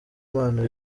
impano